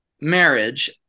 marriage